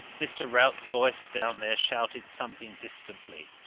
mr. routs voice down there shouted something distantly.